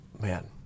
man